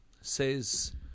says